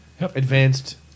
Advanced